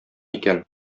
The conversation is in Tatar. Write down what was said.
икән